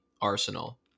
Arsenal